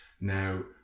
Now